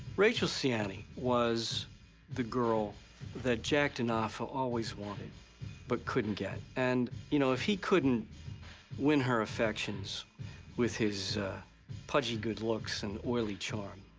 rachel siani was the girl that jack denofa always wanted but couldn't get. and, you know, if he couldn't win her affections with his pudgy good looks and oily charm,